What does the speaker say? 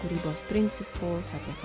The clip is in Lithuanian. kūrybos principų posakis